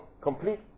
complete